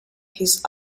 his